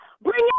Bring